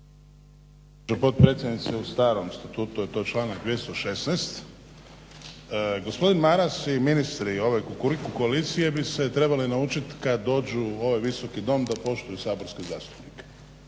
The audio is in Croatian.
u starom statutu je to članak 216., gospodin Maras i ministri ove Kukuriku koalicije bi se trebali naučit kad dođu u ovaj Visoki dom da poštuju saborske zastupnike